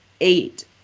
eight